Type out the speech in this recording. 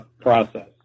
process